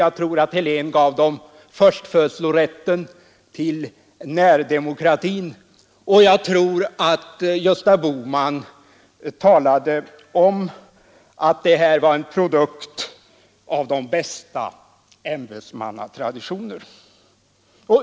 Jag tror att herr Helén gav dem förstfödslorätten till närdemokratin, och jag tror att herr Bohman talade om 1809 års regeringsform som en produkt av de bästa ämbetsmannatraditioner.